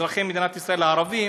כאזרחי מדינת ישראל הערבים,